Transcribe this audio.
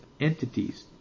entities